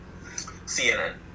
CNN